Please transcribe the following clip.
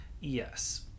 Yes